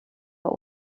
what